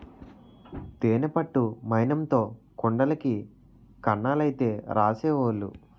తేనె పట్టు మైనంతో కుండలకి కన్నాలైతే రాసేవోలు